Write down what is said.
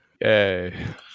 Yay